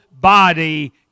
body